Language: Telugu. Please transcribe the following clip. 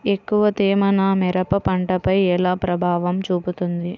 ఎక్కువ తేమ నా మిరప పంటపై ఎలా ప్రభావం చూపుతుంది?